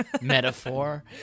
metaphor